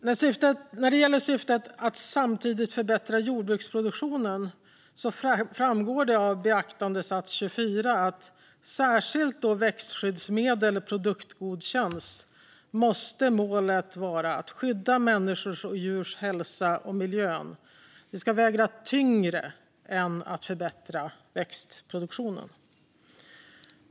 När det gäller syftet att samtidigt förbättra jordbruksproduktionen framgår det av beaktandesats 24 att målet, särskilt då växtskyddsmedel produktgodkänns, måste vara att skydda människors och djurs hälsa och miljön. Detta ska väga tyngre än att förbättra växtproduktionen.